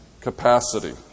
capacity